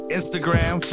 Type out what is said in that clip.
Instagram